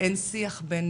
ויהיו כאן שאלות מאוד,